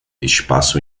espaço